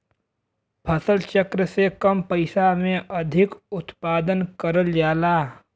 फसल चक्र से कम पइसा में अधिक उत्पादन करल जाला